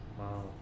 wow